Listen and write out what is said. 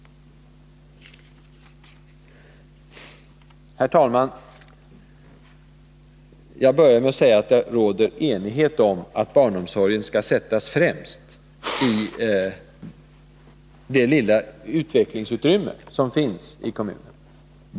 Herr talman! Jag började med att säga att det råder enighet om att barnomsorgen skall sättas främst när det gäller det lilla utvecklingsutrymme som finns i kommunerna.